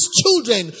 children